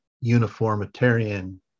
uniformitarian